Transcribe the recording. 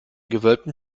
gewölbten